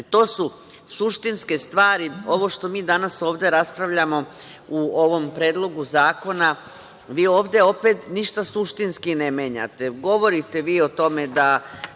To su suštinske stvari. Ovo što mi danas ovde raspravljamo u ovom predlogu zakona, vi ovde opet ništa suštinski ne menjate. Govorite vi o tome da